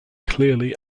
clearly